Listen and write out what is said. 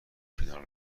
فینال